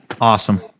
Awesome